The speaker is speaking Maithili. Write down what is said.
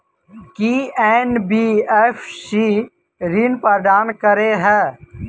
की एन.बी.एफ.सी ऋण प्रदान करे है?